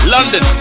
London